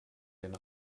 den